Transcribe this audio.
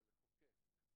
זה לחוקק,